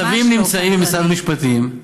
הצווים נמצאים במשרד המשפטים,